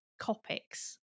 Copics